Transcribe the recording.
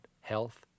health